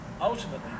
Ultimately